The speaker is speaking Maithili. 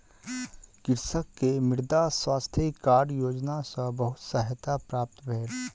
कृषक के मृदा स्वास्थ्य कार्ड योजना सॅ बहुत सहायता प्राप्त भेल